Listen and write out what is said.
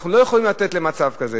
שאנחנו לא יכולים לתת למצב כזה,